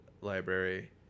library